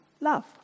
love